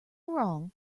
wrong